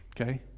Okay